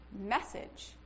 message